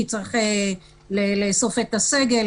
כי צריך לאסוף את הסגל,